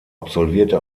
absolvierte